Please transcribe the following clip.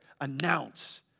announce